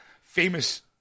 famous